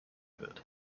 wird